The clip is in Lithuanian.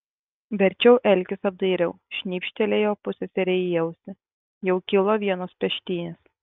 verčiau elkis apdairiau šnypštelėjo pusseserei į ausį jau kilo vienos peštynės